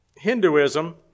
Hinduism